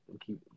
Keep